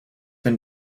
been